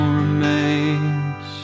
remains